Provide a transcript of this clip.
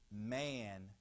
man